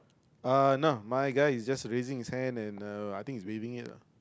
uh no my guy is just raising his hand and uh I think is waving it lah